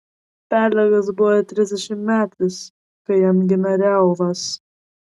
pelegas buvo trisdešimtmetis kai jam gimė reuvas